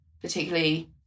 particularly